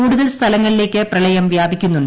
കൂടുതൽ സ്ഥലങ്ങളിലേയ്ക്ക് പ്രളയം വ്യാപിക്കുന്നുണ്ട്